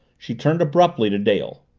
she turned abruptly to dale.